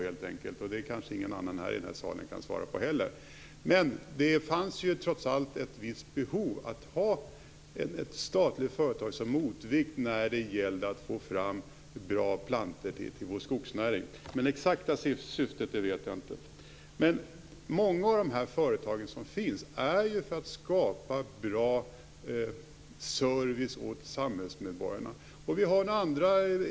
Det kanske inte någon annan i den här salen kan svara på heller. Det fanns trots allt ett behov av att ha ett statligt företag som motvikt när det gällde att få fram bra plantor till vår skogsnäring, men vad det exakta syftet är vet jag inte. Syftet med många av dessa företag är ju att skapa bra service åt samhällsmedborgarna.